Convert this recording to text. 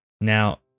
Now